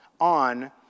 on